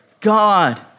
God